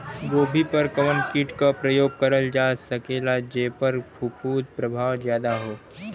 गोभी पर कवन कीट क प्रयोग करल जा सकेला जेपर फूंफद प्रभाव ज्यादा हो?